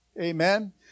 Amen